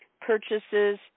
purchases